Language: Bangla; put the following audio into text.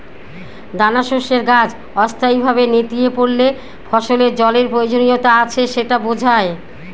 দানাশস্যের গাছ অস্থায়ীভাবে নেতিয়ে পড়লে ফসলের জলের প্রয়োজনীয়তা আছে সেটা বোঝায়